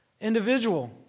individual